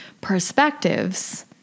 perspectives